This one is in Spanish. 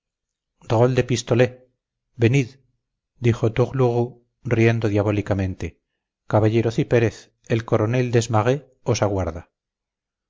de pistolet venid dijo tourlourou riendo diabólicamente caballero cipérez el coronel desmarets os aguarda